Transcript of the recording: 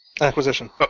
acquisition